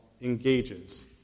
engages